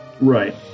Right